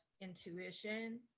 intuition